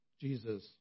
Jesus